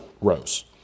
rose